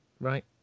right